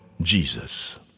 Jesus